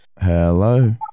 Hello